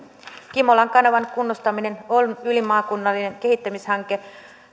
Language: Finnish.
kimolan kanavan kunnostaminen on ylimaakunnallinen kehittämishanke